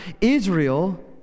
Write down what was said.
Israel